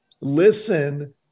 listen